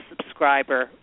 subscriber